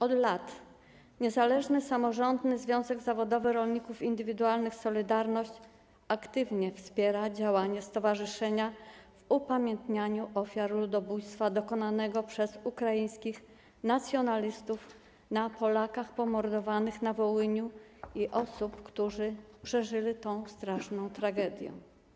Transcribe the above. Od lat Niezależny Samorządny Związek Zawodowy Rolników Indywidualnych „Solidarność” aktywnie wspiera działania stowarzyszenia w upamiętnianiu ofiar ludobójstwa dokonanego przez ukraińskich nacjonalistów na Polakach pomordowanych na Wołyniu i osób, które przeżyły tę straszną tragedię.